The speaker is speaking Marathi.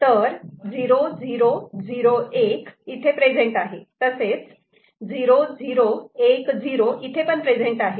तर 0 0 0 1 इथे प्रेझेंट आहे तसेच 0 0 1 0 इथे पण प्रेझेंट आहे